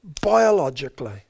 biologically